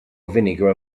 vinegar